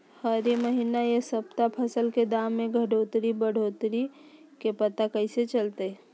हरी महीना यह सप्ताह फसल के दाम में घटोतरी बोया बढ़ोतरी के पता कैसे चलतय?